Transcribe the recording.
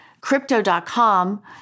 Crypto.com